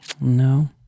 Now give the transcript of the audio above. no